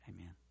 Amen